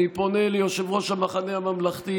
אני פונה ליושב-ראש המחנה הממלכתי,